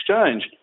exchange